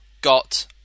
got